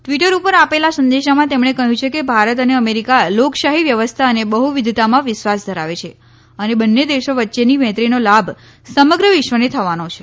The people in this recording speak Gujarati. ટ્વીટર ઉપર આપેલા સંદેશામાં તેમણે કહ્યું છે કે ભારત અને અમેરીકા લોકશાહી વ્યવસ્થા અને બહુવિધતામાં વિશ્વાસ ધરાવે છે અને બંને દેશો વચ્ચેની મૈત્રીનો લાભ સમગ્ર વિશ્વને થવાનો છે